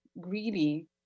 greedy